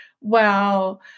wow